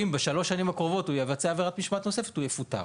שאם בשלוש השנים הקרובות העובד יבצע עבירת משמעת נוספת הוא יפוטר.